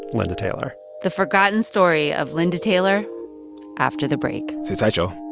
linda taylor the forgotten story of linda taylor after the break sit tight, y'all